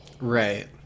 Right